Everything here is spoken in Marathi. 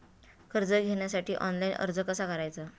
कर्ज घेण्यासाठी ऑनलाइन अर्ज कसा करायचा?